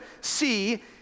see